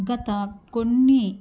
గత కొన్ని